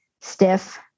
stiff